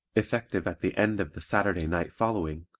effective at the end of the saturday night following,